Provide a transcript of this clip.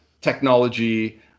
technology